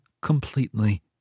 completely